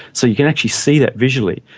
so you can actually see that visually.